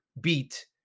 beat